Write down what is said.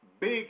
big